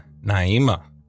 Naima